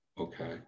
okay